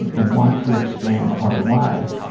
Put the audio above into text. and and want to expand our lives.